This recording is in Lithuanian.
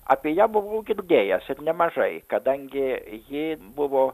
apie ją buvau girdėjęs ir nemažai kadangi ji buvo